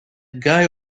guy